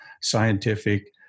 scientific